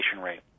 rate